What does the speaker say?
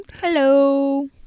Hello